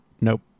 Nope